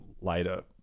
later